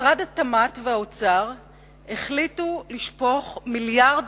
משרדי התמ"ת והאוצר החליטו לשפוך מיליארד